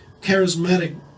charismatic